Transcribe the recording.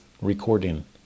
recording